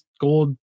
gold